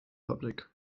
public